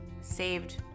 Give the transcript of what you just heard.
saved